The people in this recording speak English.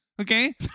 Okay